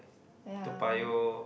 ya